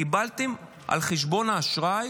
קיבלתם על חשבון האשראי